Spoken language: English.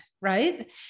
right